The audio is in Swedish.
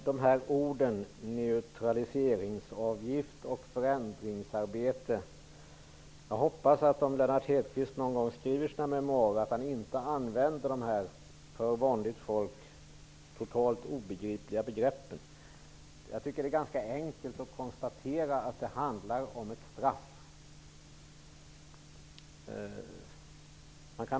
Herr talman! Lennart Hedquist använder orden Om Lennart Hedquist någon gång skriver sina memoarer hoppas jag att han inte använder dessa för vanligt folk totalt obegripliga uttryck. Det är ganska enkelt att konstatera att det handlar om ett straff.